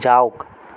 যাওক